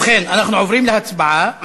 ובכן, אנחנו עוברים להצבעה.